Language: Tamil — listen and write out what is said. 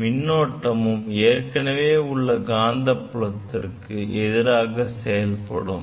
மின்னோட்டமும் ஏற்கனவே உள்ள காந்த புலத்துக்கு எதிராக செயல்படும்